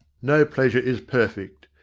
no pleasure is perfect.